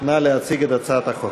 נא להציג את הצעת החוק.